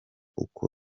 uko